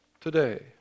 today